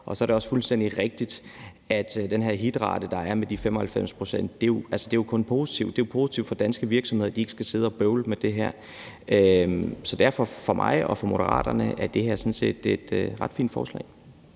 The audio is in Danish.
Og så er det også fuldstændig rigtigt, at den er den her hitrate på 95 pct., og det er jo kun positivt; det er positivt for danske virksomheder, at de ikke skal sidde og bøvle med det her. Så for mig og for Moderaterne er det her sådan set et ret fint forslag.